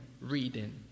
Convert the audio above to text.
reading